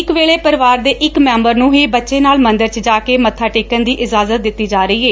ਇਕ ਵੇਲੇ ਪਰਿਵਾਰ ਦੇ ਇਕ ਮੈਬਰ ਨੂੰ ਹੀ ਬੱਚੇ ਨਾਲ ਮੰਦਰ ਚ ਜਾ ਕੇ ਮੱਬਾ ਟੇਕਣ ਦੀ ਇਜਾਜ਼ਤ ਦਿੱਤੀ ਜਾ ਰਹੀ ਏ